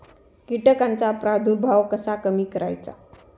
कीटकांचा प्रादुर्भाव कसा कमी करायचा?